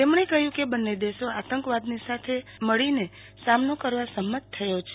તેમણે કહ્યુ કે બંન્ને દેશો આંતકવાદનો સાથે મળીને સામનો કરવા સંમત થયા છે